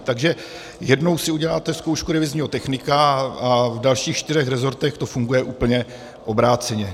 Takže jednou si uděláte zkoušku revizního technika, a v dalších čtyřech resortech to funguje úplně obráceně.